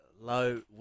low